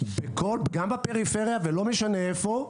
גם בפריפריה ולא משנה איפה.